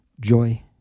joy